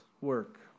work